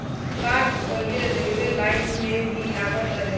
काठ पहिले railway line में भी लागत रहे